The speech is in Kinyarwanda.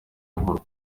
nkuru